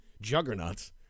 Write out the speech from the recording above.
juggernauts